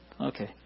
Okay